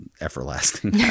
everlasting